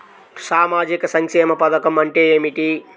సామాజిక సంక్షేమ పథకం అంటే ఏమిటి?